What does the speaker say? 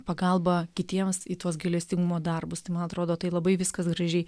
pagalba kitiems į tuos gailestingumo darbus tai man atrodo tai labai viskas gražiai